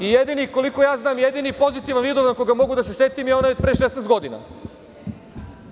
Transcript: I jedini, koliko ja znam, pozitivan Vidovdan, koga mogu da se setim, je onaj od pre 16 godina.